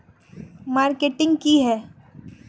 Marketing की है?